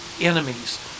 enemies